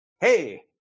hey